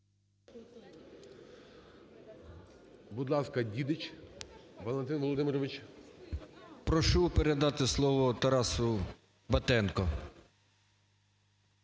Прошу передати слово Тарасу Батенко.